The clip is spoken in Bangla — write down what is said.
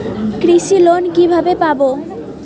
কৃষি লোন কিভাবে পাব?